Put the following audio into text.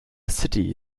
city